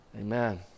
Amen